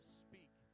speak